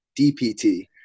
dpt